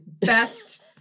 best